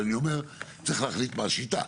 אבל צריך להחליט מה השיטה.